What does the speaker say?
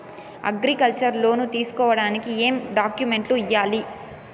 Agriculture loan తీసుకోడానికి ఏం డాక్యుమెంట్లు ఇయ్యాలి?